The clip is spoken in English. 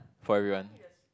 for everyone